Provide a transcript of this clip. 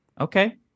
Okay